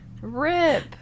Rip